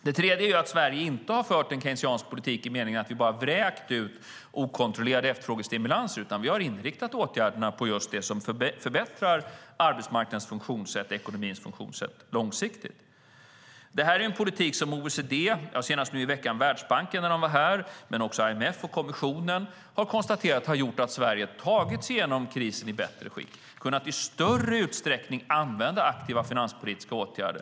Det tredje är att Sverige inte har fört en keynesiansk politik i den meningen att vi bara vräkt ut okontrollerade efterfrågestimulanser, utan vi har inriktat åtgärderna på just det som förbättrar arbetsmarknadens funktionssätt och ekonomins funktionssätt långsiktigt. Det här är en politik som OECD - och senast nu i veckan Världsbanken, när de var här - men också IMF och kommissionen har konstaterat har gjort att Sverige har tagit sig igenom krisen i bättre skick. Man har i större utsträckning kunnat använda aktiva finanspolitiska åtgärder.